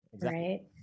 Right